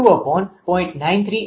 9387397